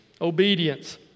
obedience